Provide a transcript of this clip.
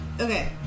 Okay